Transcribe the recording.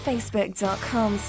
Facebook.com